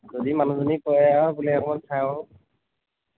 যদি মানুহজনীয়ে কয় আৰু বোলে অকণমান চাওঁ